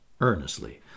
earnestly